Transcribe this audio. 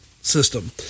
system